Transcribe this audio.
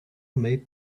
made